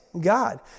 God